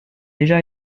déjà